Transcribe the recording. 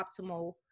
optimal